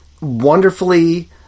wonderfully